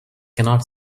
cannot